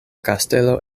kastelo